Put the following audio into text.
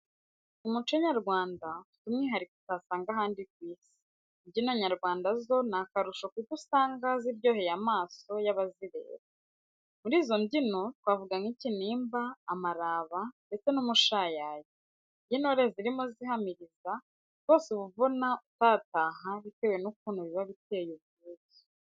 Umuco nyarwanda ufite umwihariko utasanga ahandi ku isi. Imbyino nyarwanda zo ni akarusho kuko usanga ziryoheye amaso y'abazireba. Muri izo mbyino twavuga nk'ikinimba, amaraba ndetse n'umushayayo. Iyo intore zirimo zihamiriza, rwose uba ubona utataha bitewe n'ukuntu biba biteye ubwuzu.